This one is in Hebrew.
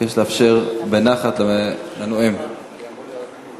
אבקש לאפשר לנואם לדבר בנחת.